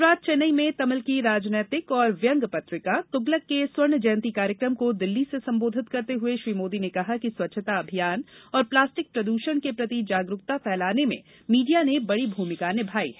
कल रात चेन्नई में तमिल की राजनीतिक और व्यंग्य पत्रिका तुगलक के स्वर्ण जयंती कार्यक्रम को दिल्ली से संबोधित करते हुए श्री मोदी ने कहा कि स्वच्छता अभियान और प्लास्टिक प्रद्षण के प्रति जागरूकता फैलाने में मीडिया ने बड़ी भूमिका निभाई है